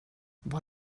vad